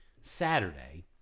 Saturday